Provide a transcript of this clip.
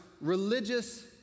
religious